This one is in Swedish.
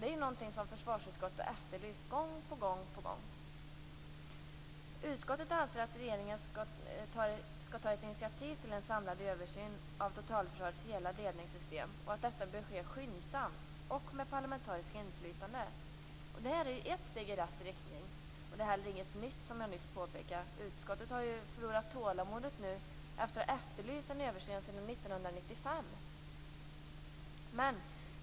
Det är någonting som försvarsutskottet gång på gång efterlyst. Utskottet anser att regeringen bör ta ett initiativ till samlad översyn av totalförsvarets hela ledningssystem och att detta bör ske skyndsamt och med parlamentariskt inflytande. Det är ett steg i rätt riktning. Det är som sagt inget nytt. Utskottet har förlorat tålamodet efter att ha efterlyst en översyn sedan 1995.